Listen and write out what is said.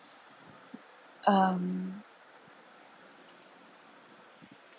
um